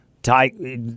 Ty